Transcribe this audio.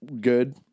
good